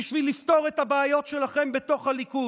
בשביל לפתור את הבעיות שלכם בתוך הליכוד.